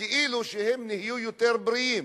כאילו שהם נהיו יותר בריאים,